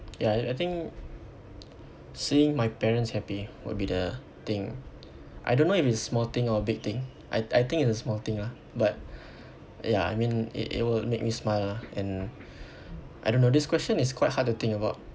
ya I I think seeing my parents happy would be the thing I don't know if it's small thing or a big thing I I think it's a small thing lah but ya I mean it it will make me smile ah and I don't know this question is quite hard to think about